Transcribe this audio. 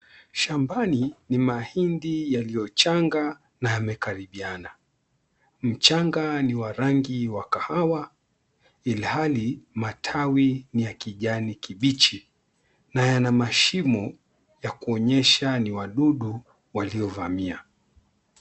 Shambani ni mahindi yaliyochanga na yamekaribiana, mchanga ni wa rangi ya kahawa ilhali matawi ni ya kijani kibichi na yana mashimo yakuonyesha ni wadudu waliovamia.